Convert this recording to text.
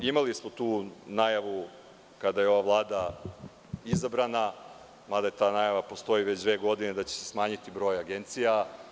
Imali smo tu najavu kada je ova vlada izabrana, mada ta najava postoji već dve godine, da će se smanjiti broj agencija.